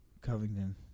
Covington